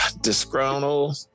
disgruntled